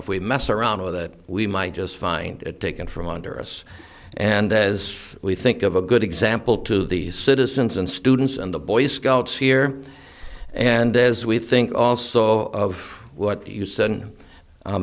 if we mess around with it we might just find it taken from under us and as we think of a good example to the citizens and students and the boy scouts here and as we think also of what you said